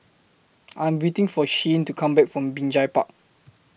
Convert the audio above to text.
I Am waiting For Shyanne to Come Back from Binjai Park